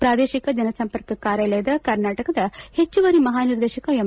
ಪ್ರಾದೇಶಿಕ ಜನಸಂಪರ್ಕ ಕಾರ್ಯಾಲಯದ ಕರ್ನಾಟಕದ ಹೆಚ್ಚುವರಿ ಮಹಾನಿದೇರ್ಶಕ ಎಂ